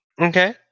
Okay